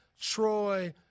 Troy